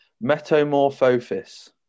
Metamorphosis